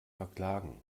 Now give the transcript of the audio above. verklagen